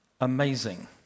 Amazing